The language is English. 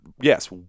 yes